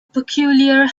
peculiar